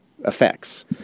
effects